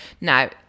Now